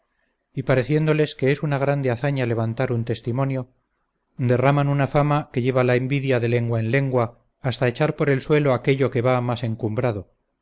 y pareciéndoles que es una grande hazaña levantar un testimonio derraman una fama que lleva la envidia de lengua en lengua hasta echar por el suelo aquello que va más encumbrado